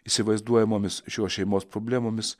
įsivaizduojamomis šios šeimos problemomis